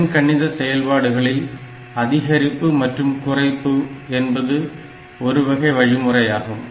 எண்கணித செயல்பாடுகளில் அதிகரிப்பு மற்றும் குறைப்பு என்பது ஒரு வகை வழிமுறையாகும்